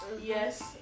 Yes